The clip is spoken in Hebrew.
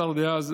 השר דאז,